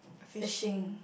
fishing